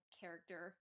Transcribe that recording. character